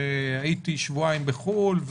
הייתי שבועיים בחו"ל.